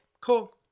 cool